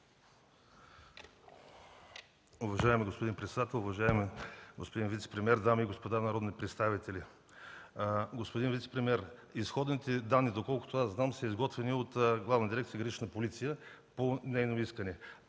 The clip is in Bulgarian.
Уважаеми господин председател, уважаеми господин вицепремиер, дами и господа народни представители! Господин вицепремиер, изходните данни, доколкото аз знам, са изготвени от Главна дирекция „Гранична полиция” по нейно искане.